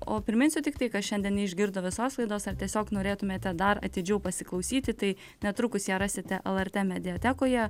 o priminsiu tiktai kas šiandien neišgirdo visos laidos ar tiesiog norėtumėte dar atidžiau pasiklausyti tai netrukus ją rasite lrt mediatekoje